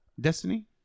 Destiny